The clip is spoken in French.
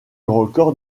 record